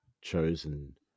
chosen